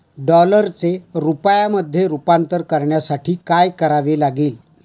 डॉलरचे रुपयामध्ये रूपांतर करण्यासाठी काय करावे लागेल?